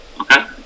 Okay